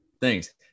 thanks